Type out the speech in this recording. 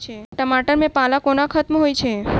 टमाटर मे पाला कोना खत्म होइ छै?